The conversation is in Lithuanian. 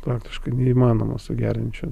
praktiškai neįmanoma su geriančiu